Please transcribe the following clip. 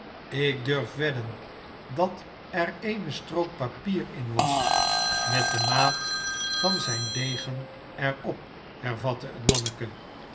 ik durf wedden dat er eene strook papier in was met de maat van zijn degen er op hervatte het manneke